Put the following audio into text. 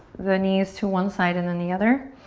the knees to one side and then the other.